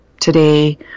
today